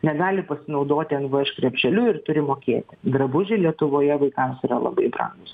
negali pasinaudoti nvš krepšeliu ir turi mokėti drabužiai lietuvoje vaikams yra labai brangūs